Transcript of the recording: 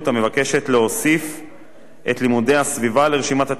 את לימודי הסביבה לרשימת התארים המפורטת בהצעה,